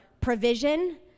provision